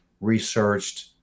researched